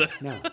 no